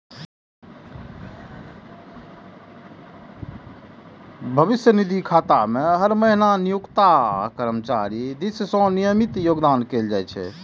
भविष्य निधि खाता मे हर महीना नियोक्ता आ कर्मचारी दिस सं नियमित योगदान कैल जाइ छै